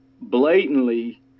blatantly